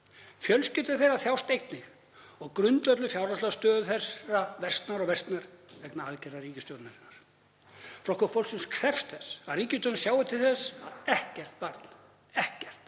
Fjölskyldur þeirra þjást einnig og grundvöllur fjárhagslegrar stöðu þeirra versnar og versnar vegna aðgerða ríkisstjórnarinnar. Flokkur fólksins krefst þess að ríkisstjórnin sjái til þess að ekkert barn þurfi